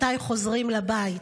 מתי חוזרים אל הבית?